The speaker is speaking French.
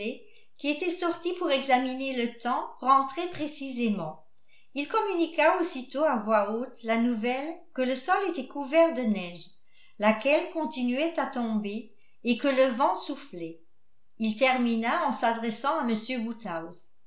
qui était sorti pour examiner le temps rentrait précisément il communiqua aussitôt à voix haute la nouvelle que le sol était couvert de neige laquelle continuait à tomber et que le vent soufflait il termina en s'adressant à